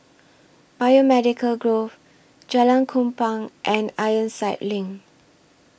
Biomedical Grove Jalan Kupang and Ironside LINK